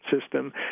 system